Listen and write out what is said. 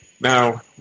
now